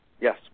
Yes